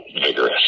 vigorous